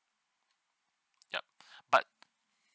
yup but